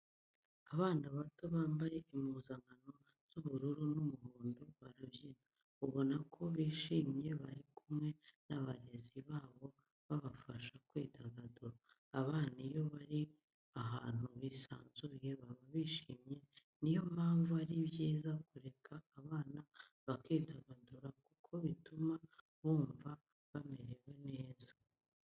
Abana bato bambaye impuzankano z'ubururu n'umuhondo barabyina, ubona ko bishimye bari kumwe n'abarezi babo babafasha kwidagadura. Abana iyo bari ahantu bisanzuye baba bishimye niyo mpamvu ari byiza kureka abana bakidagadura kuko bituma bumva bamerewe neza.